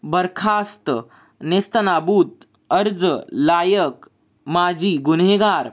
बरखास्त नेस्तनाबूत अर्ज लायक माझी गुन्हेगार